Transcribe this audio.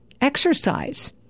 Exercise